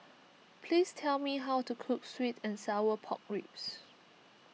please tell me how to cook Sweet and Sour Pork Ribs